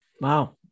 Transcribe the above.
Wow